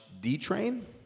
D-Train